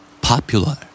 Popular